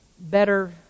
better